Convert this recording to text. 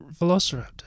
velociraptor